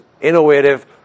innovative